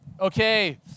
Okay